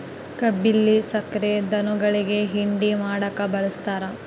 ಕಬ್ಬಿಲ್ಲಿ ಸಕ್ರೆ ಧನುಗುಳಿಗಿ ಹಿಂಡಿ ಮಾಡಕ ಬಳಸ್ತಾರ